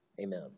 Amen